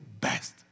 best